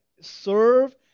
serve